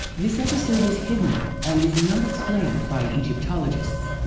this episode is hidden and is not explained by egyptologists.